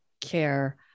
care